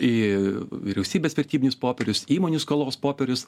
į vyriausybės vertybinius popierius įmonių skolos popierius